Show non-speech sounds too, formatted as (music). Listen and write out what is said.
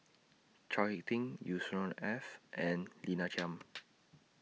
Chao Hick Tin Yusnor Ef and Lina (noise) Chiam